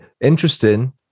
Interesting